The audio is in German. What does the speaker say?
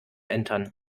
entern